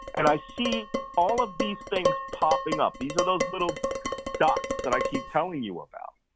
and i see all of these things popping up. these are those little dots that i keep telling you about.